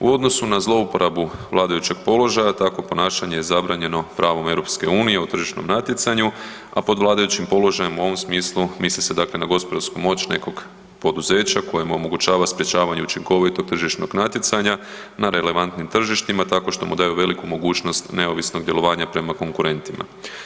U odnosu na zlouporabu vladajućeg položaja tako ponašanje je zabranjeno pravom EU u tržišnom natjecanju, a pod vladajućim položajem u ovom smislu misli se dakle na gospodarsku moć nekog poduzeća koje mu omogućava sprječavanje učinkovitog tržišnog natjecanja na relevantnim tržištima tako što mu daju veliku mogućnost neovisnog djelovanja prema konkurentima.